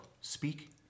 speak